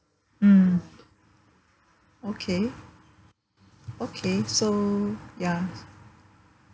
mm okay okay so ya